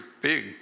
big